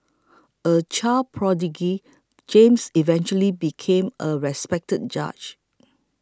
a child prodigy James eventually became a respected judge